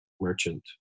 merchant